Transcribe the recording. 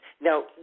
now